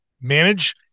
manage